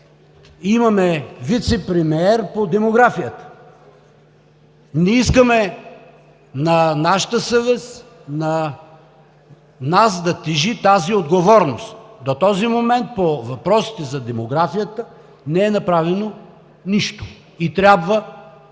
имаме вицепремиер по демографията. Не искаме на нашата съвест, на нас, да тежи тази отговорност. До този момент по въпросите за демографията не е направено нищо, и трябва да го